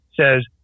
says